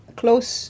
close